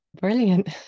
Brilliant